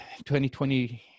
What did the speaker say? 2020